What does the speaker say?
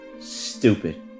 stupid